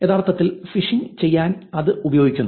യഥാർത്ഥത്തിൽ ഫിഷ് ചെയ്യാൻ അത് ഉപയോഗിക്കുന്നു